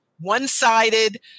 one-sided